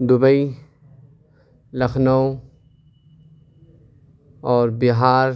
Dubai Lucknow اور بہار